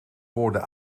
woorden